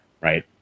right